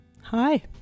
Hi